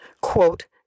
quote